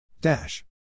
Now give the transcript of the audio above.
Dash